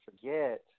Forget